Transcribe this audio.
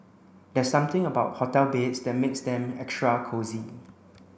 there's something about hotel beds that makes them extra cosy